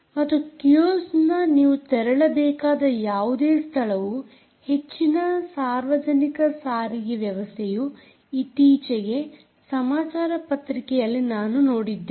ಮತ್ತು ಕಿಓಸ್ಕ್ನ ನೀವು ತೆರಳಬೇಕಾದ ಯಾವುದೇ ಸ್ಥಳವು ಹೆಚ್ಚಿನ ಸಾರ್ವಜನಿಕ ಸಾರಿಗೆ ವ್ಯವಸ್ಥೆಯು ಇತ್ತೀಚೆಗೆ ಸಮಾಚಾರ ಪತ್ರಿಕೆಯಲ್ಲಿ ನಾನು ನೋಡಿದ್ದೆನು